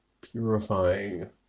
Purifying